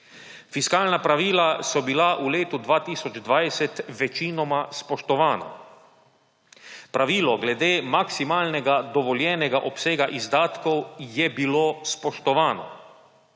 Fiskalna pravila so bila v letu 2020 večinoma spoštovana. Pravilo glede maksimalnega dovoljenega obsega izdatkov je bilo spoštovano.